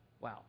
Wow